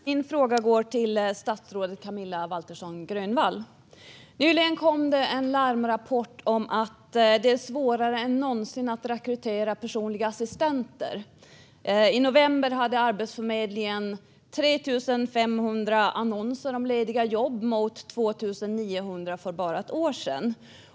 Herr talman! Min fråga går till statsrådet Camilla Waltersson Grönvall. Nyligen kom en larmrapport om att det är svårare än någonsin att rekrytera personliga assistenter. I november hade Arbetsförmedlingen 3 500 annonser om lediga jobb jämfört med 2 900 för bara ett år sedan.